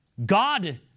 God